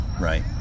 right